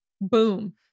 Boom